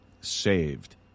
saved